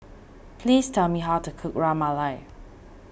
please tell me how to cook Ras Malai